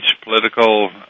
political